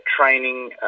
training